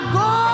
go